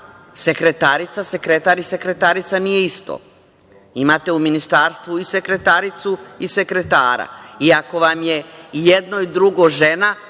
Sekretarica, sekretar i sekretarica nije isto. Imate u ministarstvu i sekretaricu i sekretara, i ako vam je i jedno i drugo žena,